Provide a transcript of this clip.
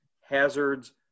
Hazards